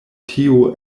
tio